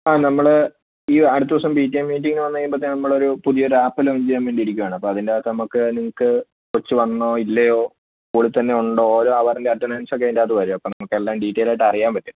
ആ നമ്മൾ ഈ അടുത്ത ദിവസം പി ടി എ മീറ്റിങ്ങിന് വന്ന് കഴിയുമ്പോഴത്തേനും നമ്മൾ ഒരു പുതിയ ഒരു ആപ്പ് ലോഞ്ച് ചെയ്യാൻ വേണ്ടി ഇരിക്കുവാണ് അപ്പോൾ അതിനകത്ത് നമുക്ക് നിങ്ങൾക്ക് കൊച്ച് വന്നോ ഇല്ലയോ സ്കൂളിൽ തന്നെ ഉണ്ടോ ഓരോ അവറിലെ അറ്റൻഡൻസ് ഒക്കെ അതിൻറെ അകത്ത് വരും അപ്പോൾ നമുക്ക് എല്ലാം ഡീറ്റെയിൽ ആയിട്ട് അറിയാൻ പറ്റും